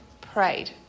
prayed